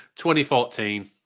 2014